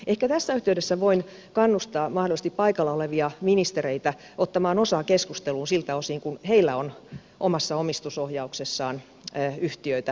ehkä tässä yhteydessä voin kannustaa mahdollisesti paikalla olevia ministereitä ottamaan osaa keskusteluun siltä osin kuin heillä on omassa omistusohjauksessaan yhtiöitä